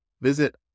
Visit